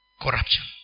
corruption